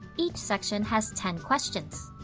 each section has ten questions.